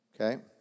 Okay